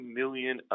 million